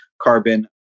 carbon